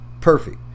perfect